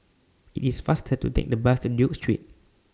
IT IS faster to Take The Bus to Duke Street